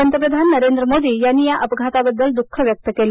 पंतप्रधान नरेंद्र मोदी यांनी यांनी या अपघाताबद्दल दुःख व्यक्त केलं